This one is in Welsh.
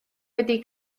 wedi